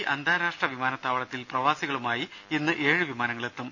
രുര അന്താരാഷ്ട്ര കൊച്ചി വിമാനത്താവളത്തിൽ പ്രവാസികളുമായി ഇന്ന് ഏഴ് വിമാനങ്ങൾ എത്തും